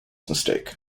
mistake